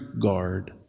guard